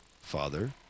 Father